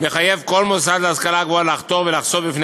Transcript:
מחייב כל מוסד להשכלה גבוהה לחתור לחשוף בפני